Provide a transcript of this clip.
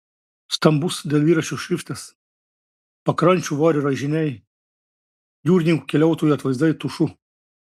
stambus dailyraščio šriftas pakrančių vario raižiniai jūrininkų keliautojų atvaizdai tušu